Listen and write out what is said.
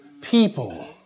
People